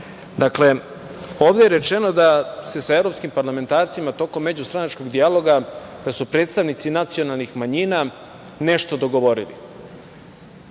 Dakle, ovde je rečeno da se sa evropskim parlamentarcima tokom međustranačkog dijaloga, da su predstavnici nacionalnih manjina nešto dogovorili.